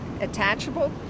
attachable